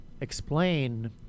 explain